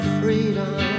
freedom